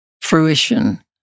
fruition